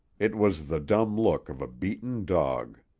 it was the dumb look of a beaten dog.